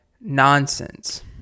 Nonsense